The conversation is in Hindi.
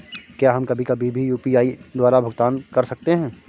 क्या हम कभी कभी भी यू.पी.आई द्वारा भुगतान कर सकते हैं?